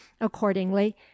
accordingly